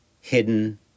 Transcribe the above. hidden